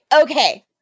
Okay